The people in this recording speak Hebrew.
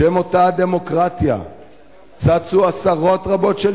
בשם אותה דמוקרטיה צצו עשרות רבות של